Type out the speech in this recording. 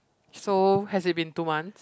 so has it been two months